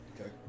okay